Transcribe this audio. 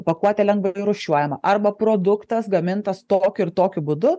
pakuotė lengvai rūšiuojama arba produktas gamintas tokiu ir tokiu būdu